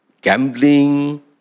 gambling